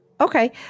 Okay